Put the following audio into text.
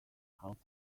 pounds